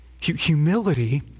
Humility